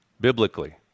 biblically